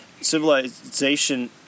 civilization